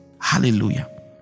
Hallelujah